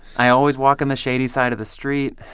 i always walk on the shady side of the street.